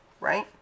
right